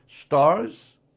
Stars